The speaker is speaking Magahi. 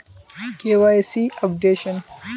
KYC updation?